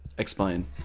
explain